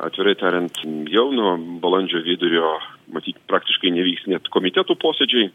atvirai tariant jau nuo balandžio vidurio matyt praktiškai nevyks net komitetų posėdžiai